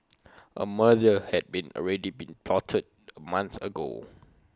A murder had already been plotted A month ago